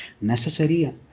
necessary